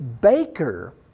baker